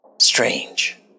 strange